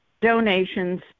donations